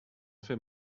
fais